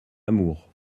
lamour